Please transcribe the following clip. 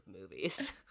movies